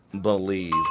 believe